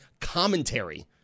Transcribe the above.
commentary